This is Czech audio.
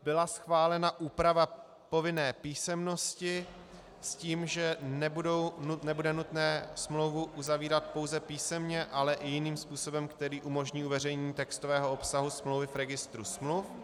Byla schválena úprava povinné písemnosti s tím, že nebude nutné smlouvu uzavírat pouze písemně, ale i jiným způsobem, který umožní uveřejnění textového obsahu smlouvy v registru smluv.